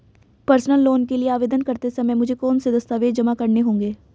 Personal loan के लिए आवेदन करते समय मुझे कौन से दस्तावेज़ जमा करने होंगे?